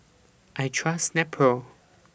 I Trust Nepro